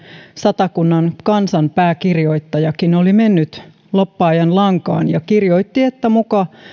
satakunnan kansan pääkirjoittajakin oli mennyt lobbaajan lankaan ja kirjoitti että